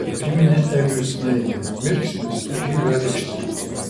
kad priminė eliui snaigę mirksnis ir ji gali ištirpti